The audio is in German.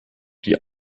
die